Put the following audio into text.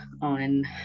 on